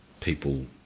people